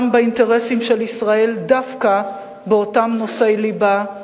באינטרסים של ישראל דווקא באותם נושאי ליבה,